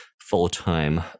full-time